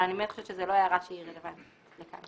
אבל אני חושבת שזה לא הערה שהיא רלוונטית לכאן.